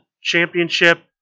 Championship